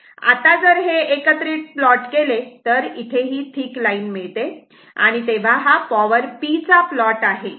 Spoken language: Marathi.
आता जर हे एक एकत्रित प्लॉट केले तर ही थिक लाईन मिळते तेव्हा हा पॉवर p चा प्लॉट आहे